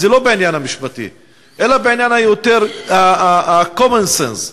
היא לא בעניין המשפטי אלא יותר בעניין ה-common sense.